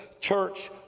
church